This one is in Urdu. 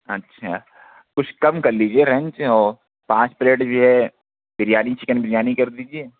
اچھا کچھ کم کر لیجیے رینگ سے ہو پانچ پلیٹ یہ بریانی چکن بریانی کر دیجیے